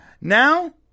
Now